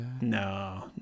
No